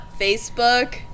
Facebook